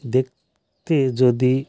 দেখতে যদি